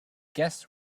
guests